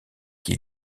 qui